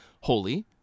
holy